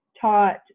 taught